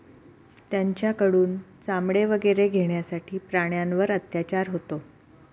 त्यांच्याकडून चामडे वगैरे घेण्यासाठी प्राण्यांवर अत्याचार होतो